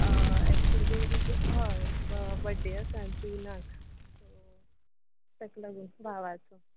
हय एक्चुली हय बड्डे आसा जुनाक ताका लागून भावाचो